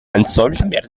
unsolved